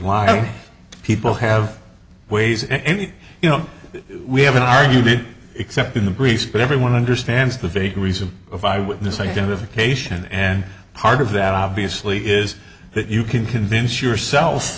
lying people have ways any you know we haven't argued except in the police but everyone understands the vagaries of if i witness identification and part of that obviously is that you can convince yourself